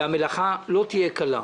המלאכה לא תהיה קלה,